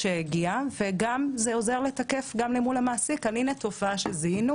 וגם זה עוזר לתקף מול המעסיק תופעה שזיהינו